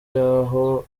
y’aho